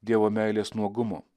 dievo meilės nuogumo